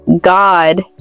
God